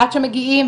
עד שמגיעים,